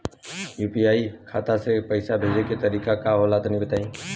UPI खाता से पइसा भेजे के तरीका का होला तनि बताईं?